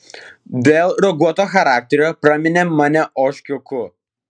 dėl raguoto charakterio praminė mane ožkiuku